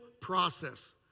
process